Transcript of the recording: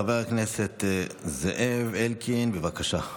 חבר הכנסת זאב אלקין, בבקשה.